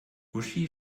uschi